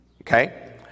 Okay